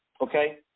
okay